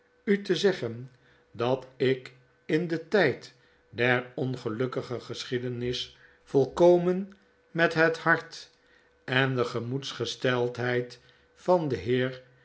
u te zeggen dat ik in den tyd der ongelukkige gescbiedenis volkomen met het hart en de gemoedsgesteldheid van den heer